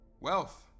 Wealth